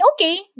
okay